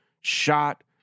shot